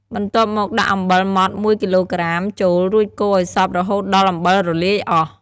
បន្ទាប់មកដាក់អំបិលម៉ដ្ឋ ១ គីឡូក្រាម ចូល រួចកូរឲ្យសព្វរហូតដល់អំបិលរលាយអស់។